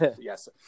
Yes